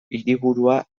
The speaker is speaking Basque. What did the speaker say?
hiriburua